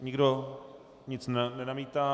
Nikdo nic nenamítá.